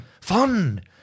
Fun